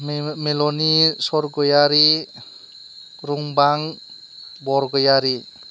मेल'नि सरग'यारि रुमबां बरग'यारि